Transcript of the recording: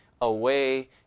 away